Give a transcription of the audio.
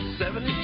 seventy